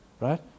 Right